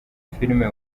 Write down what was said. filime